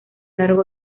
largo